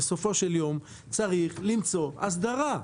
ובסופו של יום צריך למצוא הסדרה.